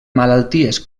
malalties